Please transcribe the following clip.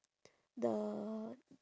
the